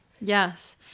Yes